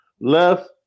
left